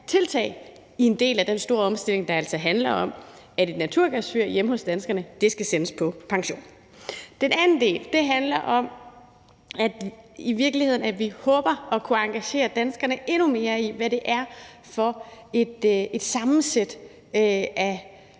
tiltag i en del af den store omstilling, der altså handler om, at naturgasfyr hjemme hos danskerne skal sendes på pension. Den anden del af forslaget handler om, at vi i virkeligheden håber at kunne engagere danskerne endnu mere i, hvad det er for en sammensætning